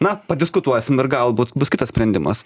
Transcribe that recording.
na padiskutuosim ir galbūt bus kitas sprendimas